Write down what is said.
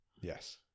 Yes